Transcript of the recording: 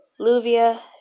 Luvia